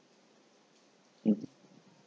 mm